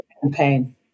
campaign